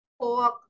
Pork